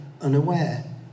unaware